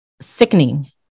sickening